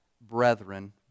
brethren